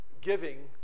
giving